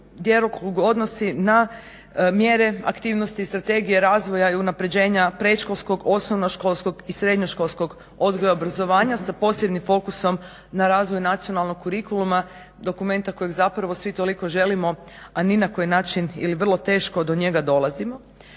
djelokrug odnosi na mjere, aktivnosti i strategije razvoja i unapređenja predškolskog, osnovnoškolskog i srednjoškolskog odgoja i obrazovanja sa posebnim fokusom na razvoj nacionalnog kurikuluma dokumenta kojeg zapravo svi toliko želimo a ni na koji način ili vrlo teško do njega dolazimo.